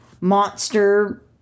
monster